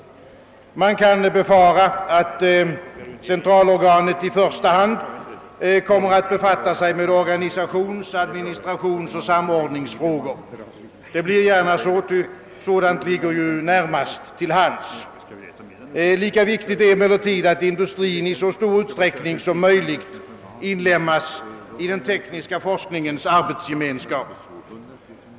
Man kan befara, att det centrala organet i första hand kommer att befatta sig med organisations-, administrationsoch samordningsfrågor. Det blir gärna så, eftersom dessa frågor ligger närmast till hands. Lika viktigt är emellertid att industrin i så stor utsträckning som möjligt inlemmas i den tekniska forskningens arbetsgemenskap.